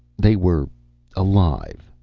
they were alive,